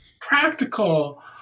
practical